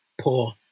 poor